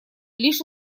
лишь